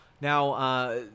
Now